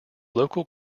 local